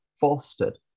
fostered